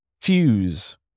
fuse